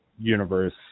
universe